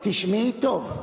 תשמעי טוב.